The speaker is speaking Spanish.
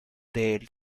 del